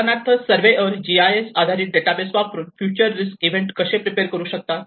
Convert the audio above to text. उदाहरणार्थ surveyor GIS आधारित database वापरुन फ्युचर रिस्क इव्हेंट कसे प्रिप्रेअर करू शकतात